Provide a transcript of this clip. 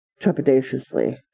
trepidatiously